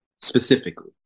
specifically